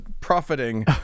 profiting